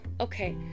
okay